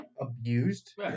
abused